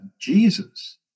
Jesus